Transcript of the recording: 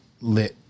lit